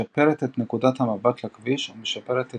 משפרת את נקודת המבט לכביש ומשפרת את